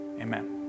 Amen